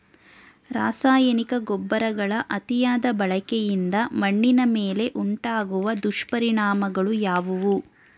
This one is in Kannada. ರಾಸಾಯನಿಕ ಗೊಬ್ಬರಗಳ ಅತಿಯಾದ ಬಳಕೆಯಿಂದ ಮಣ್ಣಿನ ಮೇಲೆ ಉಂಟಾಗುವ ದುಷ್ಪರಿಣಾಮಗಳು ಯಾವುವು?